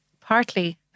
partly